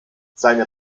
seine